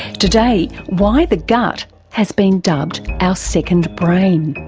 today, why the gut has been dubbed our second brain.